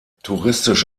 touristisch